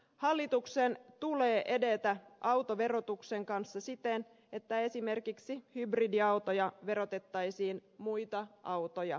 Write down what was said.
hallituksen tulee edetä autoverotuksen kanssa siten että esimerkiksi hybridiautoja verotettaisiin muita autoja kevyemmin